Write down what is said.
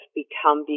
become